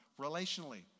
relationally